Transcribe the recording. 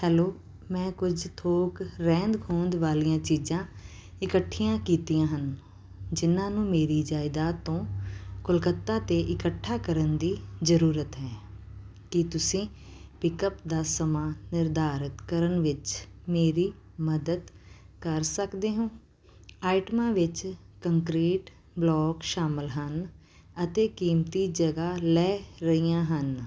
hello ਮੈਂ ਕੁੱਝ ਥੋਕ ਰਹਿੰਦ ਖੂੰਹਦ ਵਾਲੀਆਂ ਚੀਜ਼ਾਂ ਇਕੱਠੀਆਂ ਕੀਤੀਆਂ ਹਨ ਜਿਨ੍ਹਾਂ ਨੂੰ ਮੇਰੀ ਜਾਇਦਾਦ ਤੋਂ ਕੋਲਕਾਤਾ 'ਤੇ ਇਕੱਠਾ ਕਰਨ ਦੀ ਜ਼ਰੂਰਤ ਹੈ ਕੀ ਤੁਸੀਂ ਪਿਕਅੱਪ ਦਾ ਸਮਾਂ ਨਿਰਧਾਰਤ ਕਰਨ ਵਿੱਚ ਮੇਰੀ ਮਦਦ ਕਰ ਸਕਦੇ ਹੋ ਆਈਟਮਾਂ ਵਿੱਚ ਕੰਕਰੀਟ ਬਲਾਕ ਸ਼ਾਮਲ ਹਨ ਅਤੇ ਕੀਮਤੀ ਜਗ੍ਹਾ ਲੈ ਰਹੀਆਂ ਹਨ